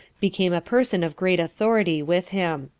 became a person of great authority with him.